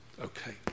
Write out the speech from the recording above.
Okay